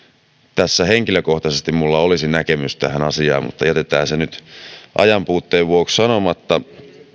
tässä minulla olisi henkilökohtaisesti näkemys tähän asiaan mutta jätetään se nyt ajan puutteen vuoksi sanomatta